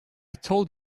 told